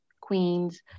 Queens